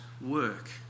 work